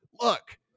look